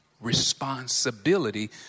Responsibility